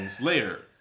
later